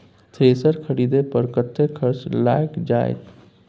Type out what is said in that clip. Thresher खरीदे पर कतेक खर्च लाईग जाईत?